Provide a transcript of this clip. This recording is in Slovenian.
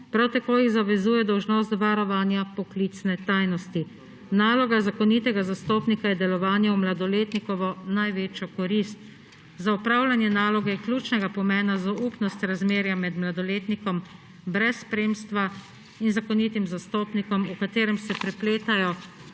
tako jih zavezuje dolžnost varovanja poklicne tajnosti. Naloga zakonitega zastopnika je delovanje v mladoletnikovo največjo korist. Za opravljanje naloge je ključnega pomena zaupnost razmerja med mladoletnikom brez spremstva in zakonitim zastopnikom, v katerem se prepletajo